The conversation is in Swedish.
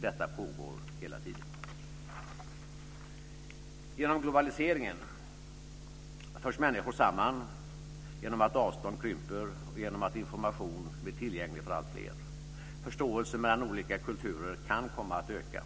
Detta pågår hela tiden. Genom globaliseringen förs människor samman genom att avstånd krymper och genom att information blir tillgänglig för allt fler. Förståelsen mellan olika kulturer kan komma att öka.